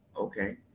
Okay